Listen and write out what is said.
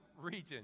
region